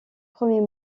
premier